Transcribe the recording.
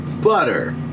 butter